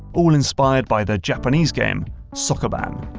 all inspired by the japanese game sokoban.